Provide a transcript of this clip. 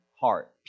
heart